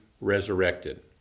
resurrected